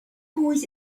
always